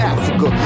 Africa